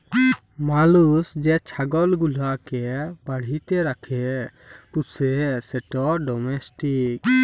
মালুস যে ছাগল গুলাকে বাড়িতে রাখ্যে পুষে সেট ডোমেস্টিক